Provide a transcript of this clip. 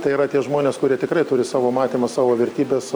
tai yra tie žmonės kurie tikrai turi savo matymą savo vertybes